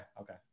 okay